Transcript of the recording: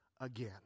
again